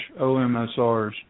OMSRs